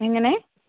എങ്ങനെ